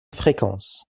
fréquence